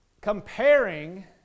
comparing